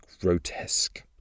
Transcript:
grotesque